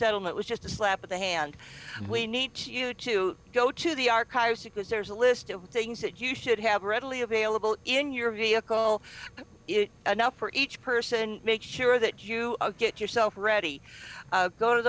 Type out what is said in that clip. settlement was just a slap in the hand and we need you to go to the archives because there's a list of things that you should have readily available in your vehicle enough for each person make sure that you get yourself ready go to